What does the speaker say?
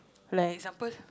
like example